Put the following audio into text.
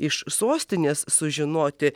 iš sostinės sužinoti